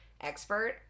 expert